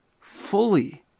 fully